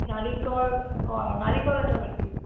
নাৰিকল অঁ নাৰিকল এটা লাগিছিল